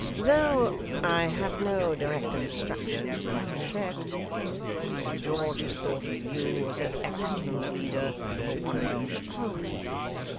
though i have no direct instructions to that effect that lord george has thought of you as an excellent leader for one of these parties.